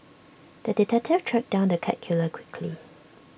the detective tracked down the cat killer quickly